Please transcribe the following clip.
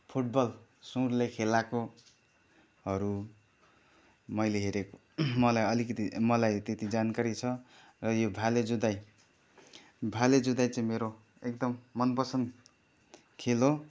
football सुँडले खेलाएकोहरू मैले हेरेँ मलाई अलिकति मलाई त्यति जानकारी छ र यो भाले जुधाइ भाले जुधाइ चाहिँ मेरो एकदम मनपसन्द खेल हो